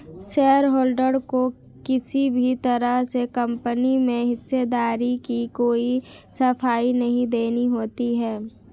shareholder को किसी भी तरह से कम्पनी में हिस्सेदारी की कोई सफाई नहीं देनी होती है